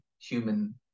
human